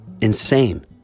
Insane